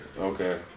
Okay